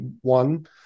one